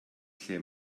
lle